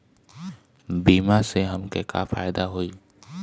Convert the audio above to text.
बीमा से हमके का फायदा होई?